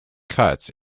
cuts